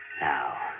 Now